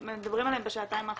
בשעתיים האחרונות.